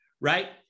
right